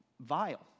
vile